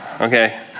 Okay